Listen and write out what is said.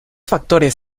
factores